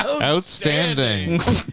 outstanding